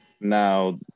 Now